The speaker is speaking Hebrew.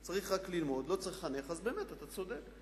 צריך רק ללמוד, לא צריך לחנך, אז באמת אתה צודק.